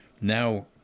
now